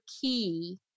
key